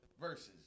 verses